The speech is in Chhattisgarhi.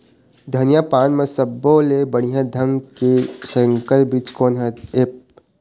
धनिया पान म सब्बो ले बढ़िया ढंग के संकर बीज कोन हर ऐप?